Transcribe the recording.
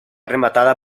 rematada